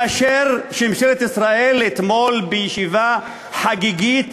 מאשר ממשלת ישראל אתמול, שבישיבה חגיגית